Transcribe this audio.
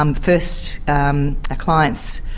um first um a client's